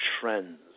trends